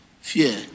fear